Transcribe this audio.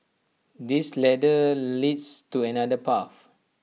this ladder leads to another path